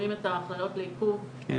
שמזרימים את ההתניות לעיכוב בגבול.